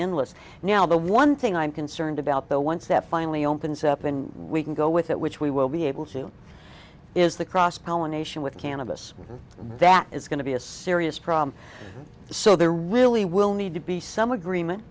endless now the one thing i'm concerned about though once that finally opens up and we can go with it which we will be able to is the cross pollination with cannabis that is going to be a serious problem so there really will need to be some